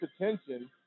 attention